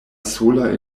sola